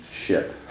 ship